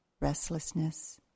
restlessness